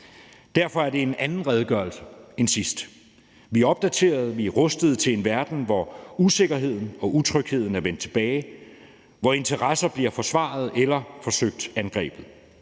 Derfor er det en anden redegørelse end sidst. Vi er opdaterede og rustet til en verden, hvor usikkerheden og utrygheden er vendt tilbage, og hvor interesser bliver forsvaret eller forsøgt angrebet.